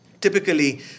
typically